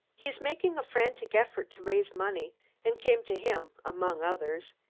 he's making a frantic effort to raise money and came to him, among others.